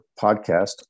podcast